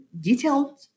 detailed